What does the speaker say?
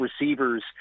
receivers